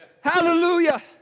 Hallelujah